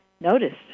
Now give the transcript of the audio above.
noticed